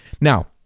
Now